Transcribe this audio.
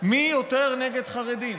מי יותר נגד חרדים.